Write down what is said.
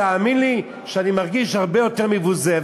תאמין לי שאני מרגיש הרבה יותר מבוזה,